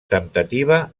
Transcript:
temptativa